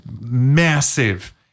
massive